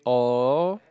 oh